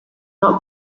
not